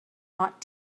hot